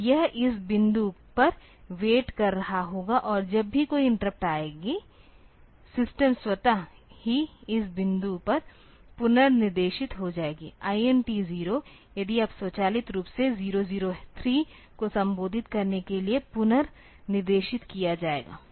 तो यह इस बिंदु पर वेट कर रहा होगा और जब भी कोई इंटरप्ट आएगी सिस्टम स्वतः ही इस बिंदु पर पुनर्निर्देशित हो जाएगा INT 0 यदि आप स्वचालित रूप से 0003 को संबोधित करने के लिए पुनर्निर्देशित किया जाएगा